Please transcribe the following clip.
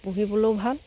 পুহিবলৈয়ো ভাল